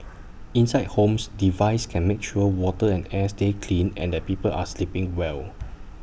inside homes devices can make sure water and air stay clean and that people are sleeping well